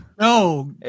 No